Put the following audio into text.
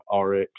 Rx